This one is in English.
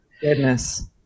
Goodness